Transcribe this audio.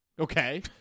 Okay